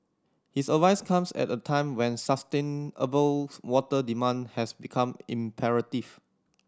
his advice comes at a time when sustainable water demand has become imperative